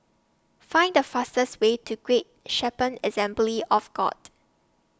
Find The fastest Way to Great Shepherd Assembly of God